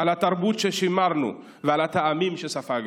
על התרבות ששימרנו ועל הטעמים שספגנו.